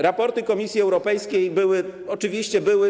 Raporty Komisji Europejskiej oczywiście były.